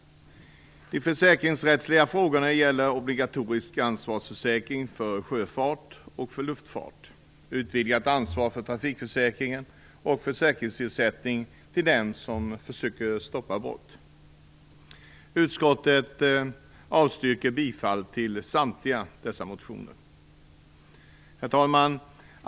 De försäkringsrättsliga frågorna gäller obligatorisk ansvarsförsäkring för sjöfart och luftfart, utvidgat ansvar för trafikförsäkringen och försäkringsersättning till dem som försöker stoppa brott. Herr talman!